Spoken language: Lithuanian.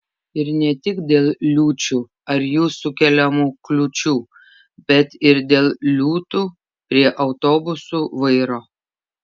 ir ne tik dėl liūčių ar jų sukeliamų kliūčių bet ir dėl liūtų prie autobusų vairo